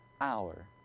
hour